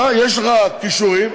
יש לך כישורים,